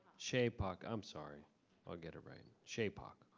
chibok, i'm sorry i'll get it right, chibok.